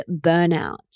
burnout